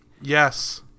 Yes